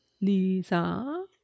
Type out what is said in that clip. Lisa